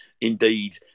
indeed